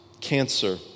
cancer